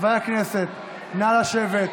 הכנסת שיין, נא לשבת,